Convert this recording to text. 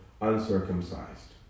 uncircumcised